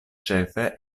ĉefe